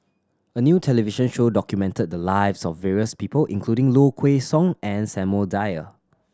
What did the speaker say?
a new television show documented the lives of various people including Low Kway Song and Samuel Dyer